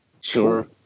sure